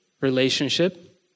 Relationship